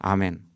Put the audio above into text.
Amen